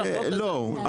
לא.